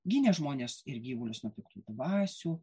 gynė žmones ir gyvulius nuo piktų dvasių